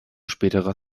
späterer